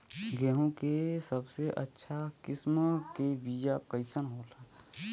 गेहूँ के सबसे उच्च किस्म के बीया कैसन होला?